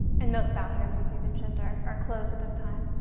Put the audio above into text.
and most bathrooms, as you mentioned, are are closed at this time.